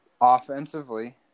offensively